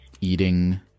eating